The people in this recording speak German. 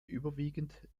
überwiegend